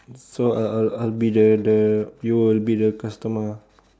so I'll I'll I'll be the the you'll be the customer ah